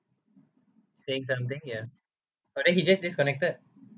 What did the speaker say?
saying something ya but then he just disconnected